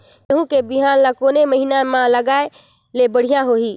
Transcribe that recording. गहूं के बिहान ल कोने महीना म लगाय ले बढ़िया होही?